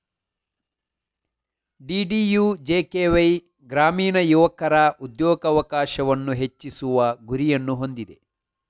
DDUJKY ಗ್ರಾಮೀಣ ಯುವಕರ ಉದ್ಯೋಗಾವಕಾಶವನ್ನು ಹೆಚ್ಚಿಸುವ ಗುರಿಯನ್ನು ಹೊಂದಿದೆ